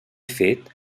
fet